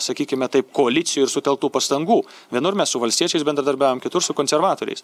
sakykime taip koalicijų ir sutelktų pastangų vienur mes su valstiečiais bendradarbiavom kitur su konservatoriais